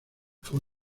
fue